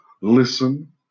listen